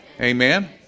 Amen